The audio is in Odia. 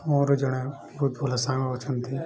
ମୋର ଜଣେ ବହୁତ ଭଲ ସାଙ୍ଗ ଅଛନ୍ତି